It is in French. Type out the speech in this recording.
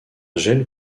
gel